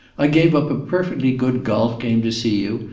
i gave up a perfectly good golf game to see you,